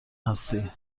هستی